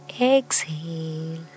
exhale